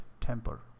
temper